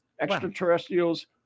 extraterrestrials